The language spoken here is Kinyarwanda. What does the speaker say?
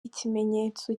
ikimenyetso